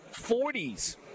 40s